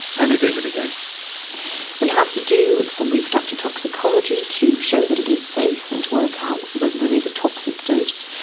anna david we have to do some reproductive toxicology to show that it is safe and to work out whether there is a toxic dose.